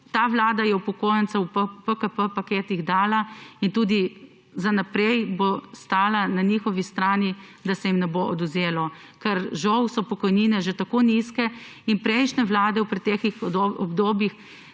Ta vlada je upokojencem v paketih PKP dala in tudi naprej bo stala na njihovi strani, da se jim ne bo odvzelo, ker so žal pokojnine že tako nizke in prejšnje vlade v preteklih obdobjih